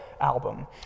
album